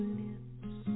lips